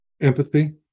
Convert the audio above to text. Empathy